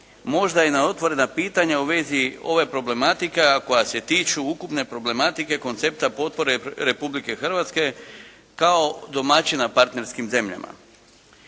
možda i na otvorena pitanja u vezi ove problematike, a koja se tiču ukupne problematike koncepta potpore Republike Hrvatske kao domaćina partnerskim zemljama.